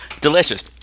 delicious